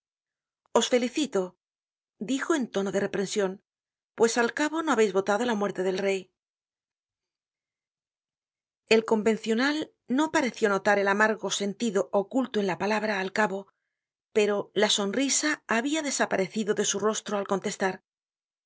os felicito dijo en tono de reprension pues al cabo no habeis votado la muerte del rey el convencional no pareció notar el amargo sentido oculto en la palabra al cabo pero la sonrisa habia desaparecido de su rostro al contestar